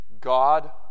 God